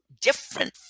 different